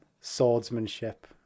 swordsmanship